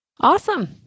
Awesome